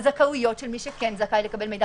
הזכאויות מי כן זכאי לקבל מידע,